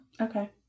Okay